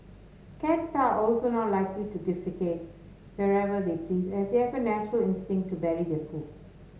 cats are also not likely to defecate wherever they please as they have a natural instinct to bury their poop